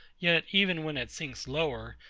yet, even when it sinks lower,